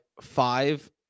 five